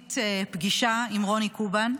בתוכנית פגישה עם רוני קובן.